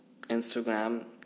Instagram